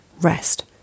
rest